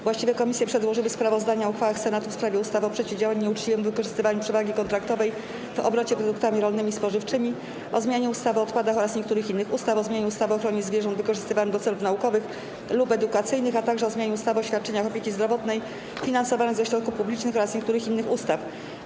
Właściwe komisje przedłożyły sprawozdania o uchwałach Senatu w sprawie ustaw: - o przeciwdziałaniu nieuczciwemu wykorzystywaniu przewagi kontraktowej w obrocie produktami rolnymi i spożywczymi, - o zmianie ustawy o odpadach oraz niektórych innych ustaw, - o zmianie ustawy o ochronie zwierząt wykorzystywanych do celów naukowych lub edukacyjnych, - o zmianie ustawy o świadczeniach opieki zdrowotnej finansowanych ze środków publicznych oraz niektórych innych ustaw.